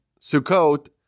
Sukkot